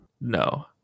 No